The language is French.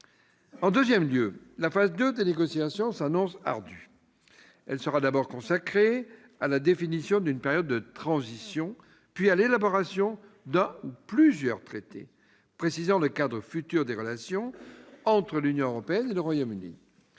En deuxième lieu, la phase 2 des négociations s'annonce ardue. Elle sera d'abord consacrée à la définition d'une période de transition, puis à l'élaboration de un ou plusieurs traités précisant le cadre futur des relations entre l'Union européenne et le Royaume-Uni.